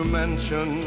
mention